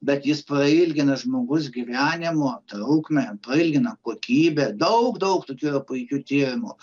bet jis prailgina žmogaus gyvenimą trukme prailgina kokybę daug daug tokių yra puikių tyrimų